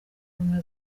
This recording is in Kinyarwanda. ubumwe